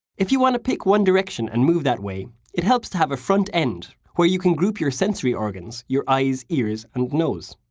if you want to pick one direction and move that way, it helps to have a front end where you can group your sensory organs your eyes, ears and nose.